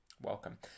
welcome